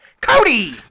Cody